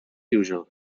usual